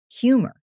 humor